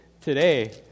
today